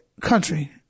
country